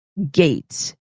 gate